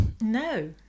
No